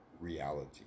reality